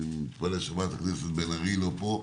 ואני מתפלא שחברת הכנסת בן ארי לא פה,